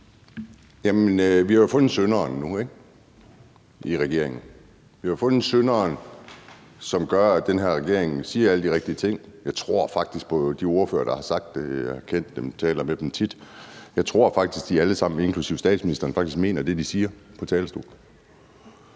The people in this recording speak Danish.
Vi har jo nu fundet synderen i regeringen. Vi har fundet synderen bag, at den her regering siger alle de rigtige ting. Jeg tror faktisk på de ordførere, der har sagt det; jeg kender dem og taler med dem tit. Jeg tror faktisk, at de alle sammen inklusive statsministeren faktisk mener det, de siger på talerstolen.